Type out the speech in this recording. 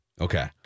Okay